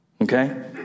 Okay